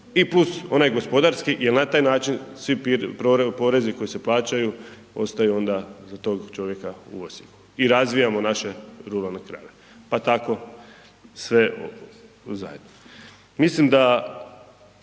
i + onaj gospodarski jel na taj način svi porezi koji se plaćaju ostaju onda za tog čovjeka u Osijeku i razvijamo naše ruralne krajeve, pa tako sve zajedno. Mislim da